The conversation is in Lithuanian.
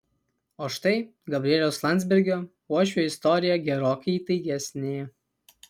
o štai gabrieliaus landsbergio uošvio istorija gerokai įtaigesnė